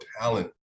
talent